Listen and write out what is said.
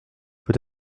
peut